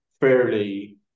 fairly